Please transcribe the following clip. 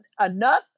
enough